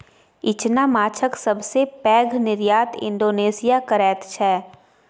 इचना माछक सबसे पैघ निर्यात इंडोनेशिया करैत छै